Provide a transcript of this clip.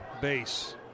base